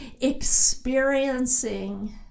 experiencing